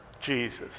Jesus